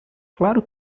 claro